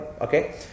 Okay